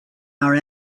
our